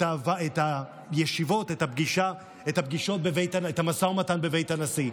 את הפגישות, את המשא ומתן בבית הנשיא.